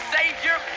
Savior